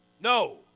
No